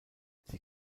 sie